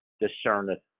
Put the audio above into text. discerneth